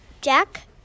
Jack